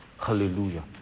Hallelujah